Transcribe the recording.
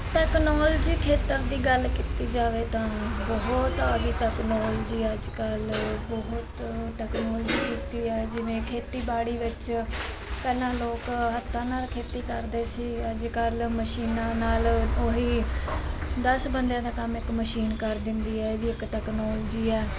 technology ਖੇਤਰ ਦੀ ਗੱਲ ਕੀਤੀ ਜਾਵੇ ਤਾਂ ਬਹੁਤ ਆ ਗਈ ਤੈਕਨੋਲਜੀ ਅੱਜ ਕੱਲ੍ਹ ਬਹੁਤ ਤੈਕਨੋਲਜੀ ਕੀਤੀ ਹੈ ਜਿਵੇਂ ਖੇਤੀਬਾੜੀ ਵਿੱਚ ਪਹਿਲਾਂ ਲੋਕ ਹੱਥਾਂ ਨਾਲ ਖੇਤੀ ਕਰਦੇ ਸੀ ਅੱਜ ਕੱਲ੍ਹ ਮਸ਼ੀਨਾਂ ਨਾਲ ਉਹੀ ਦਸ ਬੰਦਿਆਂ ਦਾ ਕੰਮ ਇੱਕ ਮਸ਼ੀਨ ਕਰ ਦਿੰਦੀ ਹੈ ਇਹ ਵੀ ਇੱਕ ਤੈਕਨੋਲਜੀ ਹੈ